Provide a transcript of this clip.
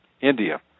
India